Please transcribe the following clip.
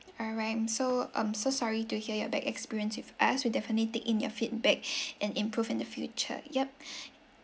alright I'm so um so sorry to hear your bad experience with us we'll definitely take in your feedback and improve in the future yup